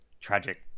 tragic